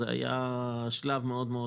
זה היה שלב חשוב מאוד.